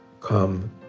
come